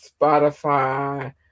Spotify